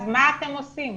אז מה אתם עושים?